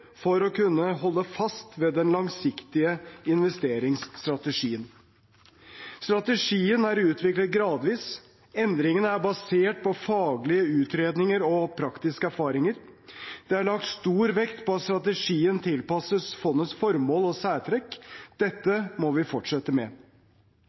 for å kunne holde fast ved den langsiktige investeringsstrategien. Strategien er å utvikle gradvis. Endringene er basert på faglige utredninger og praktiske erfaringer. Det er lagt stor vekt på at strategien tilpasses fondets formål og særtrekk. Dette